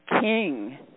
king